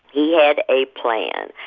he had a plan.